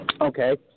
Okay